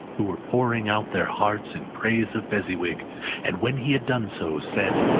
who were pouring out their hearts in praise of fezziwig and when he had done so, said,